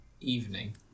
evening